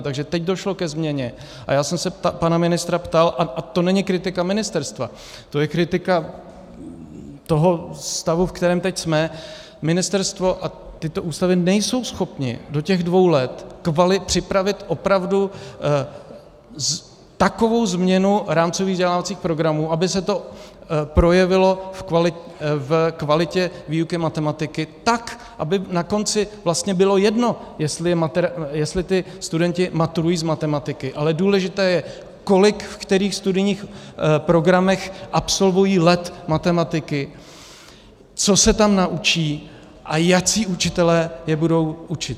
Takže teď došlo ke změně a já jsem se pana ministra ptal, a to není kritika ministerstva, to je kritika stavu, ve kterém teď jsme, ministerstvo a tyto ústavy nejsou schopny do těch dvou let připravit opravdu takovou změnu rámcových vzdělávacích programů, aby se to projevilo v kvalitě výuky matematiky tak, aby na konci vlastně bylo jedno, jestli ti studenti maturují z matematiky, ale důležité je, kolik v kterých studijních programech absolvují let matematiky, co se tam naučí a jací učitelé je budou učit.